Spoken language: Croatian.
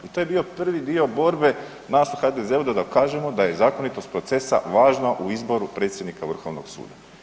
Pa to je bio prvi dio borbe nas u HDZ-u da dokažemo da je zakonitost procesa važna u izboru predsjednika Vrhovnog suda.